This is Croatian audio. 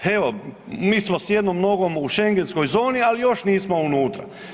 Evo, mi smo s jednom nogom u shangenskoj zoni, ali još nismo unutra.